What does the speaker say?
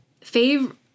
Favorite